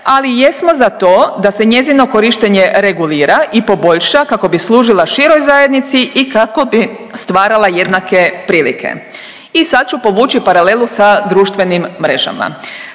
Ali jesmo za to da se njezino korištenje regulira i poboljša kako bi služila široj zajednici i kako bi stvarala jednake prilike. I sad ću povući paralelu sa društvenim mrežama.